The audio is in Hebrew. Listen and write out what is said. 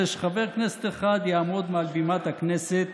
שחבר כנסת אחד יעמוד מעל בימת הכנסת